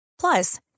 Plus